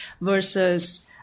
versus